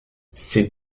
ces